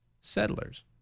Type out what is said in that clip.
Settlers